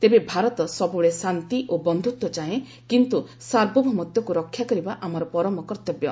ତେବେ ଭାରତ ସବୁବେଳେ ଶାନ୍ତି ଓ ବନ୍ଧୁତ୍ୱ ଚାହେଁ କିନ୍ତୁ ସାର୍ବଭୌମତ୍ୱକୁ ରକ୍ଷା କରିବା ଆମର ପରମ କର୍ତ୍ତବ୍ୟ